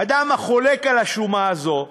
אדם החולק על השומה הזו,